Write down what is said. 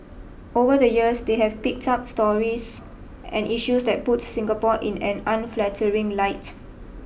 over the years they have picked up stories and issues that puts Singapore in an unflattering light